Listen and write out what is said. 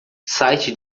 site